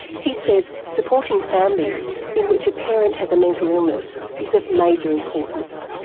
he says supporting families in which a parent has a mental illness is of major importance.